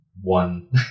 one